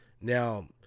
now